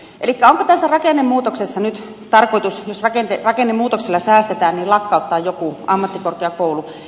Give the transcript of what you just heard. onko tässä rakennemuutoksessa nyt tarkoitus jos rakennemuutoksella säästetään lakkauttaa joku ammattikorkeakoulu